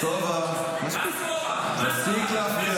סובה, סובה, מספיק.